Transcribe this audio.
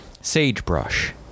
sagebrush